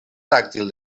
tàctil